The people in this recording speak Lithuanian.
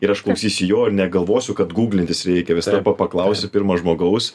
ir aš klausysiu jo ir negalvosiu kad guglintis reikia visada pa paklausiu pirma žmogaus